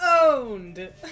owned